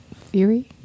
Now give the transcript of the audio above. theory